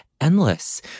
endless